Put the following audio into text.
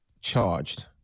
charged